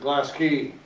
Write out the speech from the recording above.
glass key.